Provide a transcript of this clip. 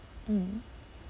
mm